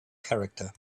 character